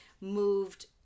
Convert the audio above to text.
moved